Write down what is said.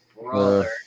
brother